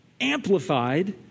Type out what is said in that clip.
amplified